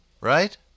right